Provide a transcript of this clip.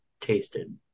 tasted